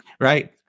right